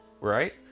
right